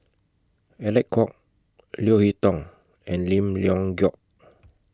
Alec Kuok Leo Hee Tong and Lim Leong Geok